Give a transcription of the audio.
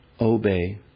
obey